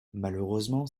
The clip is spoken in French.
malheureusement